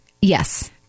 Yes